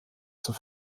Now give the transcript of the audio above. zur